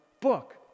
book